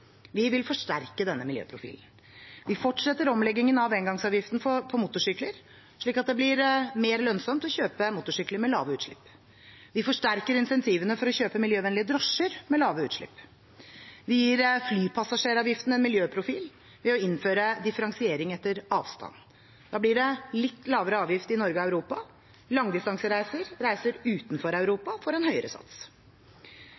Vi vil forsterke denne miljøprofilen. Vi fortsetter omleggingen av engangsavgiften på motorsykler slik at det blir mer lønnsomt å kjøpe motorsykler med lave utslipp. Vi forsterker incentivene for å kjøpe miljøvennlige drosjer med lave utslipp. Vi gir flypassasjeravgiften en miljøprofil ved å innføre differensiering etter avstand. Da blir det litt lavere avgift i Norge og Europa. Langdistansereiser – reiser utenfor